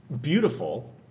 beautiful